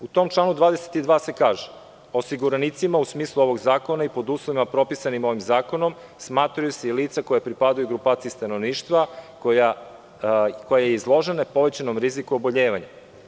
U tom članu 22. se kaže - osiguranicima u smislu ovog zakona i pod uslovima propisanim ovim zakonom smatraju se i lica koja pripadaju grupaciji stanovništva koja je izložena povećanom riziku oboljevanja.